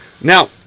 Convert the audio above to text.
Now